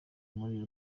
muri